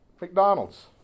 McDonald's